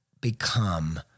become